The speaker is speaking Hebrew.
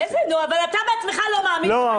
אתה בעצמך לא מאמין במה שאתה אומר.